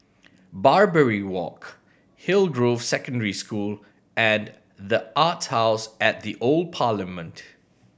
Barbary Walk Hillgrove Secondary School and The Arts House at the Old Parliament